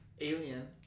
alien